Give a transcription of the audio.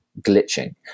glitching